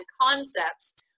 concepts